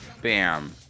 Bam